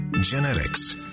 Genetics